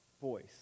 voice